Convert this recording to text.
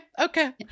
okay